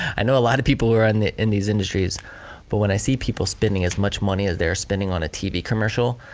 i know a lot of people who are and in these industries but when i see people spending as much money as they're spending on a tv commercial